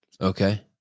Okay